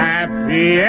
Happy